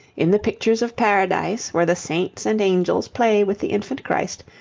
in the pictures of paradise, where the saints and angels play with the infant christ,